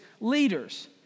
leaders